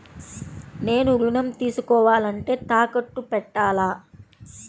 నేను ఋణం తీసుకోవాలంటే తాకట్టు పెట్టాలా?